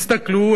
הסתכלו,